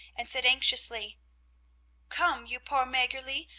and said anxiously come, you poor maggerli,